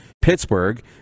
Pittsburgh